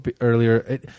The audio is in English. earlier